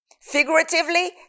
figuratively